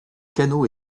canot